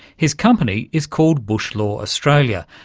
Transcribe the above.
his company is called bush lore australia,